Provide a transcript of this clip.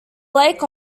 lake